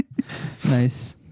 Nice